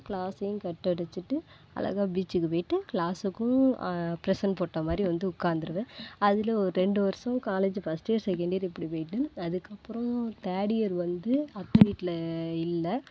க்ளாஸையும் கட்டடிச்சிவிட்டு அழகாக பீச்சுக்கு போயிவிட்டு க்ளாஸுக்கும் ப்ரெசென்ட் போட்டா மாதிரி வந்து உட்காந்துருவேன் அதில் ஒரு ரெண்டு வருஷோம் college first year second year இப்படி போயிவிட்டு அதுக்கப்புறோம் தேர்ட் இயர் வந்து அத்தை வீட்டில் இல்லை